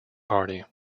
party